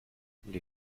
les